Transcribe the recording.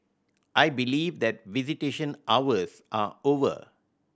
I believe that visitation hours are over